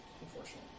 Unfortunately